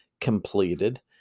completed